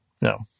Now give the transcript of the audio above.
No